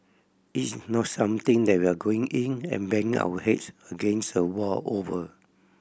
it's not something that we are going in and banging our heads against a wall over